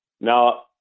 Now